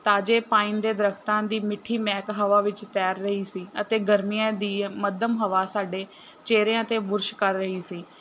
ਤਾਜ਼ੇ ਪਾਈਨ ਦੇ ਦਰੱਖਤਾਂ ਦੀ ਮਿੱਠੀ ਮਹਿਕ ਹਵਾ ਵਿੱਚ ਤੈਰ ਰਹੀ ਸੀ ਅਤੇ ਗਰਮੀਆਂ ਦੀ ਮੱਧਮ ਹਵਾ ਸਾਡੇ ਚਿਹਰਿਆਂ 'ਤੇ ਬੁਰਸ਼ ਕਰ ਰਹੀ ਸੀ